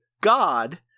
god